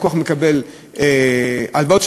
כשלקוח מקבל הלוואות,